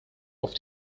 auf